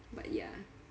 but ya